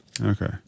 Okay